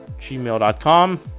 gmail.com